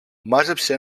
μάζεψε